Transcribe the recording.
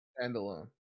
Standalone